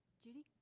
judy?